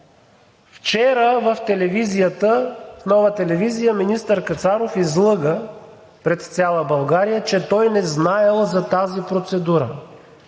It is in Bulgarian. Вчера в Нова телевизия министър Кацаров излъга пред цяла България, че той не знаел за тази процедура.